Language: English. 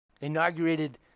inaugurated